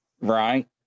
right